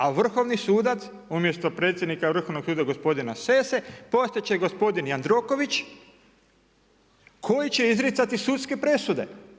A vrhovni sudac umjesto predsjednika Vrhovnog suda gospodina Sesse postat će gospodin Jandroković koji će izricati sudske presude.